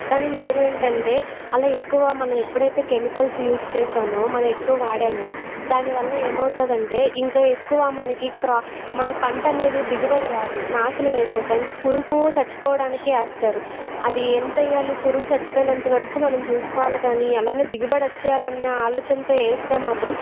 కానీ నిజం ఏంటంటే అలా ఎక్కువ మనం ఎప్పుడైతే కెమికల్స్ యూస్ చేసామో మనం ఎక్కువ వాడేమో దాని వల్ల ఏమవుతుందంటే ఇంకా ఎక్కువ మనకి క్రా మన పంట అనేది దిగుబడి రాదు నాశనం అయిపోద్ది అంటే పురుగు చచ్చిపోవడానికి వేస్తారు అది ఎంత వేయ్యాలి పురుగు చచ్చిపోయినంత వరకు మనం చూసుకోవాలి కానీ అలానే దిగుబడి వచ్చేయాలి అన్న ఆలోచనతో వేస్తే మాత్రం